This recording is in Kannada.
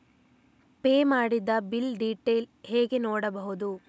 ಪೇ ಮಾಡಿದ ಬಿಲ್ ಡೀಟೇಲ್ ಹೇಗೆ ನೋಡುವುದು?